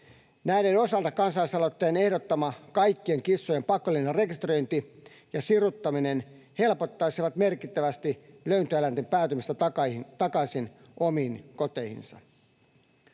Näiden osalta kansalaisaloitteen ehdottama kaikkien kissojen pakollinen rekisteröinti ja siruttaminen helpottaisi merkittävästi löytöeläinten päätymistä takaisin omiin koteihinsa.